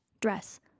Dress